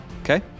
Okay